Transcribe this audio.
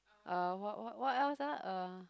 uh what what what else ah uh